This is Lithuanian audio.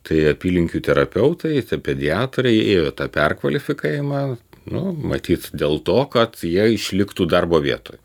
tai apylinkių terapeutai pediatrai ėjo tą perkvalifikavimą nu matyt dėl to kad jie išliktų darbo vietoj